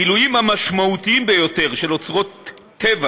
הגילויים המשמעותיים ביותר של אוצרות טבע